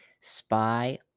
Spy